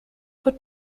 for